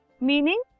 Meaning